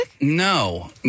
No